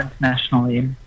internationally